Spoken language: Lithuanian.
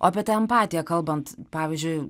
o apie empatiją kalbant pavyzdžiui